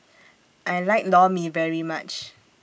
I like Lor Mee very much